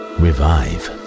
revive